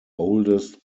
oldest